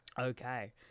Okay